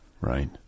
right